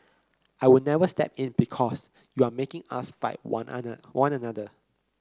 I will never step in because you are making us fight one other one another